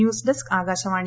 news desk Akashvani